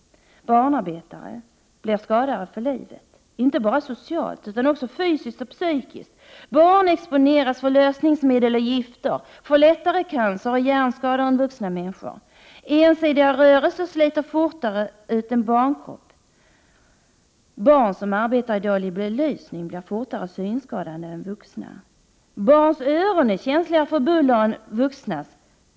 Barnarbetare blir skadade för livet, inte bara socialt, utan också fysiskt och psykiskt. Barn exponeras för lösningsmedel och gifter, får lättare cancer och hjärnskador än vuxna människor. Ensidiga rörelser sliter fortare ut en barnkropp. Barn som arbetar i dålig belysning blir fortare synskadade än vuxna. Barns öron är känsligare för buller än vuxnas.